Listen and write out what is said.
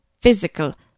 physical